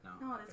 No